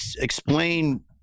explain